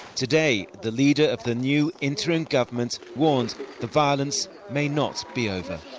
today, the leader of the new interim government warned the violence may not be over.